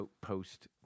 post